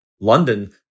London